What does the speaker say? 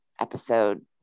episode